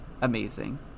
amazing